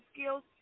skills